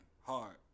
hard